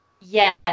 Yes